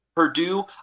Purdue